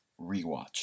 rewatch